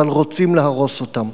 אבל רוצים להרוס אותם,